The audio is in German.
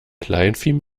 kleinvieh